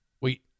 Wait